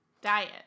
diet